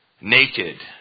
naked